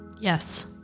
Yes